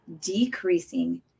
decreasing